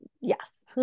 yes